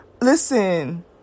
listen